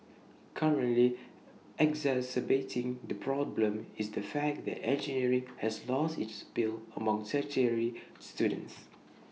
currently exacerbating the problem is the fact that engineering has lost its appeal among tertiary students